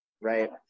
right